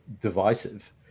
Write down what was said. divisive